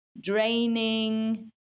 draining